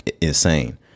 insane